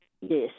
Yes